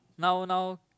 now now